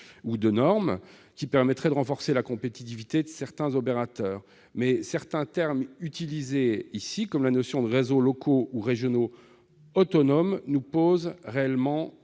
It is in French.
ou de normes qui permettraient de renforcer la compétitivité de certains opérateurs, mais certains termes utilisés dans ce texte, comme la notion de réseaux locaux ou régionaux autonomes, constituent pour nous réellement